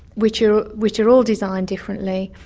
which are which are all designed differently,